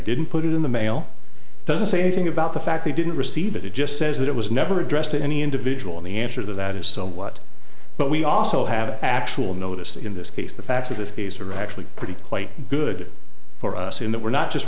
didn't put it in the mail doesn't say anything about the fact we didn't receive it it just says that it was never addressed to any individual and the answer to that is so what but we also have actual notice in this case the facts of this case are actually pretty quite good for us in that we're not just